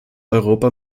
europa